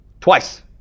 twice